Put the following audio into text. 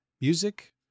music